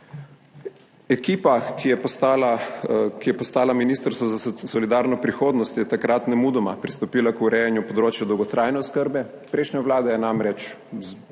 Ekipa, ki je postala Ministrstvo za solidarno prihodnost, je takrat nemudoma pristopila k urejanju področja dolgotrajne oskrbe. Prejšnja vlada je namreč,